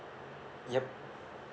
yup